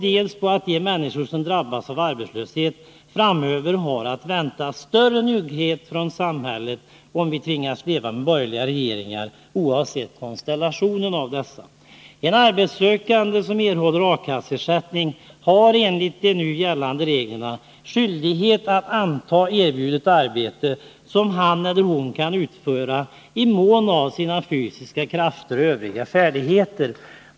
De människor som drabbas av arbetslöshet framöver har tydligen att vänta större njugghet från samhället om vi tvingas leva med borgerliga regeringar, oavsett konstellationen. En arbetssökande som erhåller A-kasseersättning har enligt de nu gällande reglerna skyldighet att anta erbjudet arbete som han eller hon kan utföra i mån av sina fysiska krafter och övriga färdigheter.